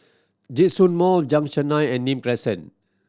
Djitsun Mall Junction Nine and Nim Crescent